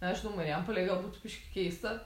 aišku marijampolėj gal būtų biškį keista